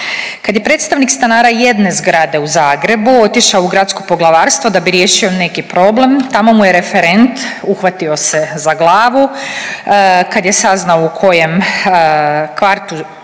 Kad je predstavnik stanara jedne zgrade u Zagrebu otišao u Gradsko poglavarstvo da bi riješio neki problem tamo mu je referent uhvatio se za glavu kad je saznao u kojem kvartu